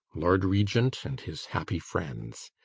lord regent and his happy friends.